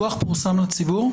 הדוח פורסם לציבור?